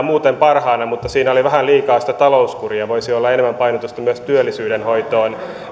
muuten parhaana mutta siinä oli vähän liikaa sitä talouskuria voisi olla enemmän painotusta myös työllisyyden hoitoon